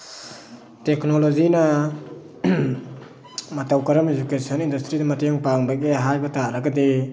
ꯇꯦꯛꯅꯣꯂꯣꯖꯤꯅ ꯃꯇꯧ ꯀꯔꯝꯅ ꯏꯗꯨꯀꯦꯁꯟ ꯏꯟꯗꯁꯇ꯭ꯔꯤꯗ ꯃꯇꯦꯡ ꯄꯥꯡꯕꯒꯦ ꯍꯥꯏꯕ ꯇꯥꯔꯒꯗꯤ